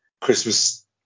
christmas